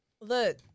Look